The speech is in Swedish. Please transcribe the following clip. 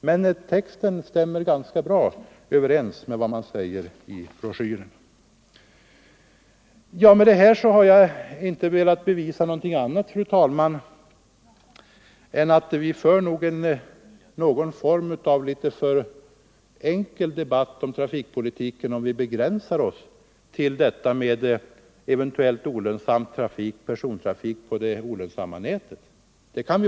Men orden stämmer ganska bra överens med texten i broschyren. Med detta har jag inte velat bevisa någonting annat än att vi nog för en alltför enkel debatt om trafikpolitiken om vi begränsar oss till frågan om persontrafik på det olönsamma nätet.